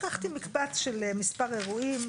לקחתי מקבץ של כמה אירועים,